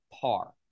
par